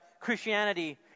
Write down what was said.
Christianity